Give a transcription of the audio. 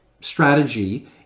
strategy